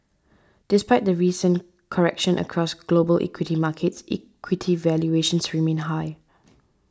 despite the recent correction across global equity markets equity valuations remain high